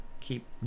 keep